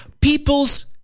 people's